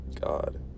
God